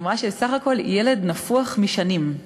היא אמרה, סך הכול ילד נפוח משנים.